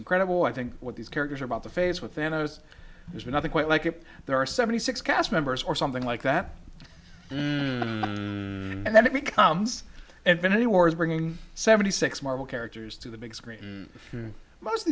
incredible i think what these characters are about to face with and i was there's nothing quite like it there are seventy six cast members or something like that and then it becomes and been any wars bringing seventy six marvel characters to the big screen and most of